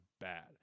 bad